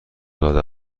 داده